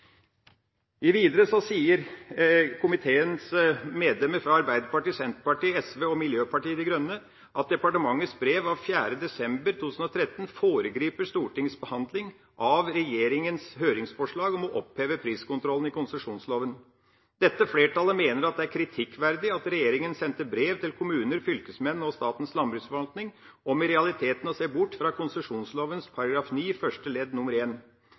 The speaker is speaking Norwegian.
kraft. Videre sier komiteens medlemmer fra Arbeiderpartiet, Senterpartiet, Sosialistisk Venstreparti og Miljøpartiet De Grønne at departementets brev av 4. desember 2013 foregriper Stortingets behandling av regjeringas høringsforslag om å oppheve priskontrollen i konsesjonsloven. Dette flertallet mener at det er kritikkverdig at regjeringa sendte brev til kommuner, fylkesmenn og Statens landbruksforvaltning om i realiteten å se bort fra konsesjonsloven § 9 første ledd